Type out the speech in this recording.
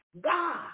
God